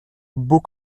beau